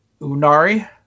Unari